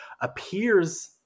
appears